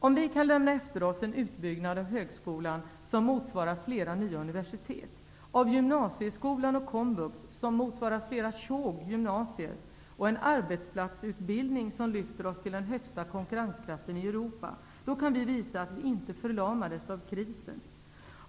Om vi kan lämna efter oss en utbyggnad av högskolan som motsvarar flera nya universitet, av gymnasieskolan och av Komvux som motsvarar flera tjog gymnasier samt en arbetsplatsutbildning som lyfter oss till den högsta konkurrenskraften i Europa, kan vi visa att vi inte förlamades av krisen.